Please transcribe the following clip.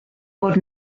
bod